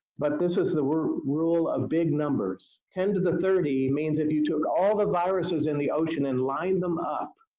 but this is the rule of big numbers ten to the thirty means if you took all the viruses in the ocean and lined them up